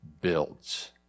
builds